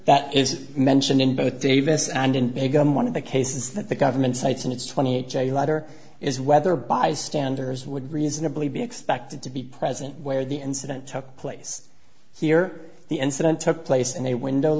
that is mentioned in both davis and in begum one of the cases that the government sites in its twenty eight j letter is whether bystanders would reasonably be expected to be present where the incident took place here the incident took place in a window